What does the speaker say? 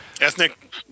Ethnic